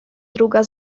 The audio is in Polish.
druga